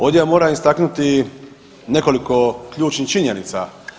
Ovdje ja moram istaknuti nekoliko ključnih činjenica.